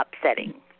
upsetting